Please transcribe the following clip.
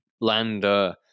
Lander